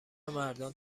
مردان